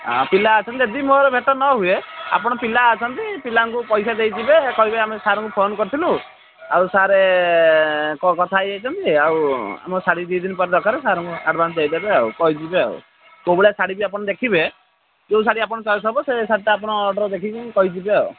ଆଉ ପିଲା ଅଛନ୍ତି ଯଦି ମୋର ଭେଟ ନ ହୁଏ ଆପଣ ପିଲା ଅଛନ୍ତି ପିଲାଙ୍କୁ ପଇସା ଦେଇ ଯିବେ କହିବେ ଆମେ ସାର୍ଙ୍କୁ ଫୋନ କରିଥିଲୁ ଆଉ ସାର୍ କଥା ହେଇ ଯାଇଛନ୍ତି ଆଉ ଆମ ଶାଢ଼ୀ ଦୁଇ ଦିନ ପରେ ଦରକାର ଆଉ ସାର୍ଙ୍କୁ ଆଡ଼ଭାନ୍ସ ଦେଇ ଦେବେ ଆଉ କହିଯିବେ ଆଉ କେଉଁ ଭଳିଆ ଶାଢ଼ୀ ବି ଆପଣ ଦେଖିବେ ଯୋଉ ଶାଢ଼ୀ ଆପଣଙ୍କ ଚଏସ୍ ହେବ ସେ ଶାଢ଼ୀଟା ଆପଣ ଅର୍ଡ଼ର୍ ଦେଖିକି କହିଯିବେ ଆଉ